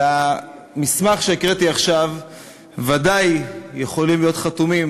על המסמך שהקראתי עכשיו ודאי יכולים להיות חתומים